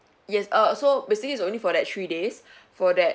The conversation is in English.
yes err so basically is only for that three days for that